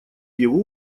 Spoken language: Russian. его